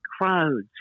crowds